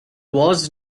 was